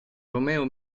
romeo